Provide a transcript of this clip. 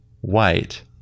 White